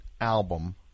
album